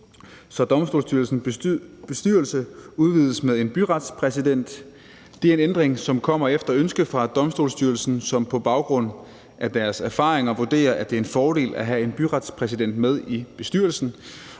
så Domstolsstyrelsens bestyrelse udvides med en byretspræsident. Det er en ændring, som kommer efter ønske fra Domstolsstyrelsen, som på baggrund af deres erfaringer vurderer, at det er en fordel at have en byretspræsident med i bestyrelsen.